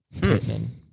Pittman